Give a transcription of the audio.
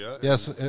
Yes